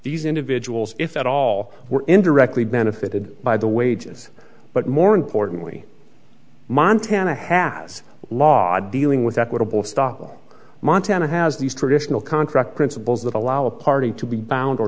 these individuals if at all were indirectly benefited by the wages but more importantly montana has law dealing with equitable stoffel montana has these traditional contract principles that allow a party to be bound or